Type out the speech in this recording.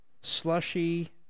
slushy